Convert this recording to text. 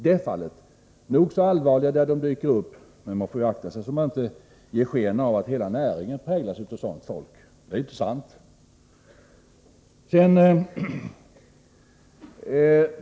De är nog så allvarliga när de dyker upp, men vi får akta oss så att vi inte ger sken av att hela näringen präglas av sådant folk, för det är inte sant!